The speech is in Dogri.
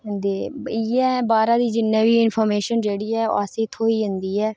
दे इ'यै बाह्रै दी जि'ने बी इंफरमेशन जेह्ड़ी ऐ ओह् असेंई थ्होई जंदी ऐ